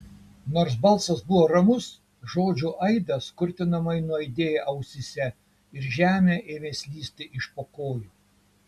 nors balsas buvo ramus žodžių aidas kurtinamai nuaidėjo ausyse ir žemė ėmė slysti iš po kojų